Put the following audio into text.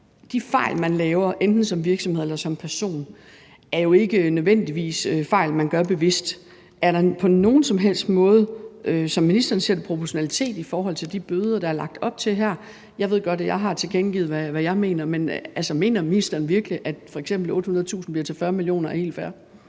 De fejl, man laver enten som virksomhed eller som person, er jo ikke nødvendigvis fejl, man laver bevidst. Er der på nogen som helst måde, som ministeren ser det, proportionalitet i forhold til de bøder, der er lagt op til her? Jeg ved godt, at jeg har tilkendegivet, hvad jeg mener, men mener ministeren virkelig, at det, at en bøde på f.eks. 800.000 kr. bliver til en bøde